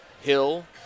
Hill